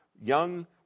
young